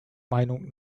meinung